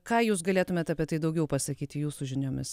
ką jūs galėtumėt apie tai daugiau pasakyti jūsų žiniomis